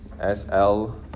S-L